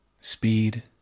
speed